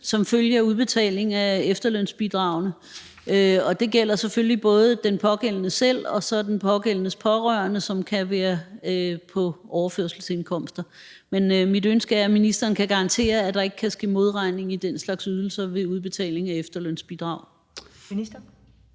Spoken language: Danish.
som følge af udbetalingen af efterlønsbidragene. Og det gælder selvfølgelig både den pågældende selv og den pågældendes pårørende, som kan være på overførselsindkomster. Mit ønske er, at ministeren kan garantere, at der ikke kan ske modregning i den slags ydelser ved udbetalingen af efterlønsbidrag. Kl.